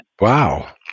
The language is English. wow